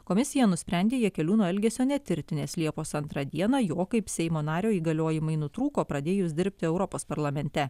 komisija nusprendė jakeliūno elgesio netirti nes liepos antrą dieną jo kaip seimo nario įgaliojimai nutrūko pradėjus dirbti europos parlamente